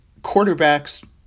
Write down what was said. quarterbacks –